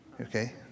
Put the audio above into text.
okay